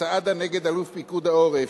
סעדה נגד אלוף פיקוד העורף,